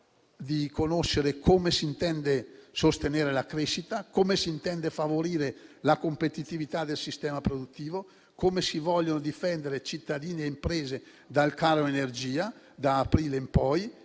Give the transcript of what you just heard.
di conoscere come si intenda sostenere la crescita; come si intenda favorire la competitività del sistema produttivo; come si vogliano difendere cittadini e imprese dal caro energia, da aprile in poi;